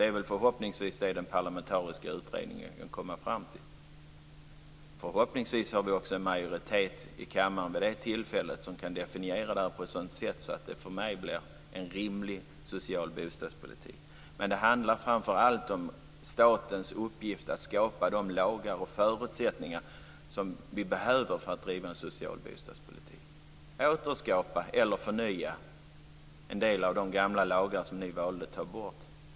Det är förhoppningsvis det som den parlamentariska utredningen kommer fram till. Förhoppningsvis får vi också en majoritet i kammaren vid det tillfället som kan definiera det här på ett sådant sätt att det för mig blir en rimlig social bostadspolitik. Det handlar framför allt om statens uppgift att skapa de lagar och förutsättningar som vi behöver för att driva en social bostadspolitik och återskapa eller förnya en del av de gamla lagar som ni valde att ta bort.